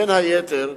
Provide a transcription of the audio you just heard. בין היתר,